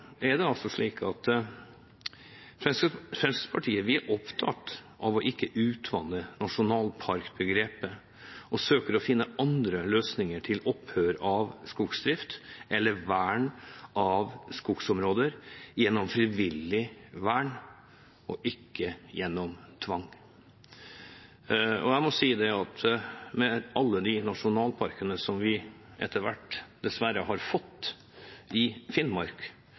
Fremskrittspartiet er opptatt av ikke å utvanne nasjonalparkbegrepet, og vi søker å finne andre løsninger til opphør av skogsdrift eller vern av skogsområder, gjennom frivillig vern og ikke gjennom tvang. Jeg må si at med alle de nasjonalparkene som vi dessverre etter hvert har fått i Finnmark,